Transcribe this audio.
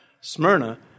Smyrna